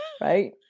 Right